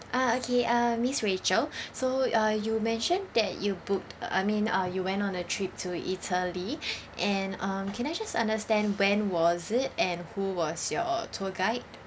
ah okay uh miss rachel so uh you mention that you booked I mean uh you went on a trip to italy and um can I just understand when was it and who was your tour guide